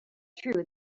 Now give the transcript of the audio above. true